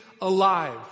alive